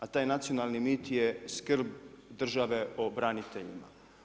A taj nacionalni mit je skrb države o braniteljima.